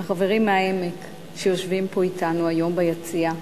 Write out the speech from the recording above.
החברים מהעמק שיושבים פה אתנו היום ביציע,